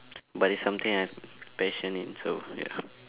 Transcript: but it's something I have passion in so ya